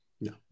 No